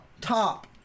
top